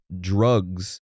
drugs